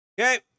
Okay